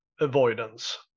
avoidance